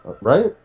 right